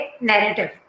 narrative